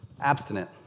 abstinent